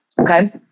Okay